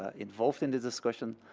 ah involved in the discussion,